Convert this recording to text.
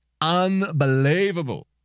Unbelievable